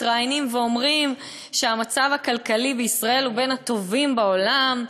מתראיינים ואומרים שהמצב הכלכלי בישראל הוא בין הטובים בעולם,